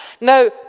Now